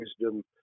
wisdom